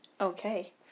Okay